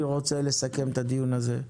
אני רוצה לסכם את הדיון הזה.